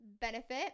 benefit